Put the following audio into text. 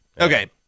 okay